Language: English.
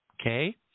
Okay